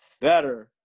better